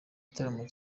gitaramo